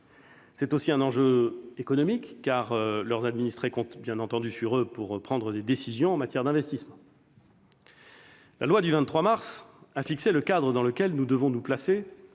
C'est aussi un enjeu économique, car leurs administrés comptent, bien entendu, sur eux pour prendre des décisions en matière d'investissement. La loi du 23 mars 2020 a fixé le cadre dans lequel nous devons nous placer